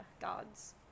gods